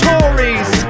Tories